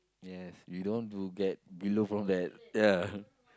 yes we don't want to get below from that ya